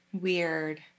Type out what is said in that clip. Weird